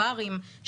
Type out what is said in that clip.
בארים,